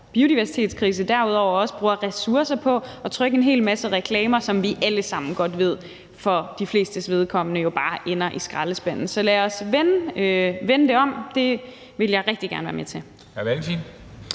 biodiversitetskrise også bruger ressourcer på at trykke en hel masse reklamer, som vi alle sammen godt ved for de flestes vedkommende jo bare ender i skraldespanden. Så lad os vende det om – det vil jeg rigtig gerne være med til.